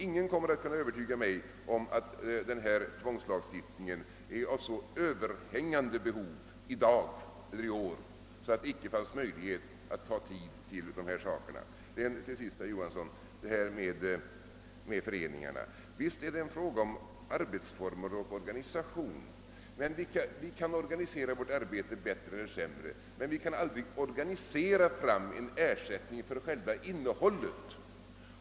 Ingen kommer att kunna övertyga mig om att behovet av denna tvångslagstiftning är så Ööverhängande i dag eller i år att det icke fanns möjlighet att ta tid till dessa saker. Till sist, herr Johansson, vill jag beröra frågan om föreningarna. Visst är det en fråga om arbetsformer och organisation. Vi kan organisera vårt arbete bättre eller sämre, men vi kan aldrig organisera fram en ersättning för själva innehållet.